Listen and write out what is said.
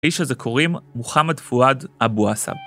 לאיש הזה קוראים מוחמד פואד אבו עסב.